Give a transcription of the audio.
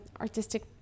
artistic